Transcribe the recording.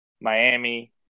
Miami